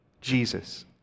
Jesus